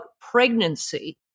pregnancy